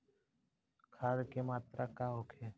खाध के मात्रा का होखे?